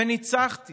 וניצחתי